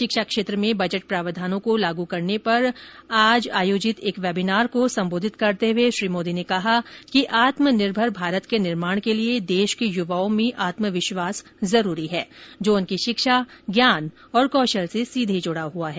शिक्षा क्षेत्र में बजट प्रावधानों को लागू करने पर आज आयोजित एक वेबिनार को संबोधित करते हुए श्री मोदी ने कहा कि आत्मनिर्भर भारत के निर्माण के लिए देश के युवाओं में आत्मविश्वास जरूरी है जो उनकी शिक्षा ज्ञान और कौशल से सीधे जुड़ा हुआ है